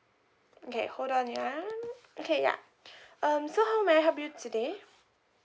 okay hold on ya okay ya um so how may I help you today